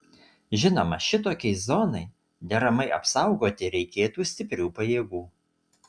žinoma šitokiai zonai deramai apsaugoti reikėtų stiprių pajėgų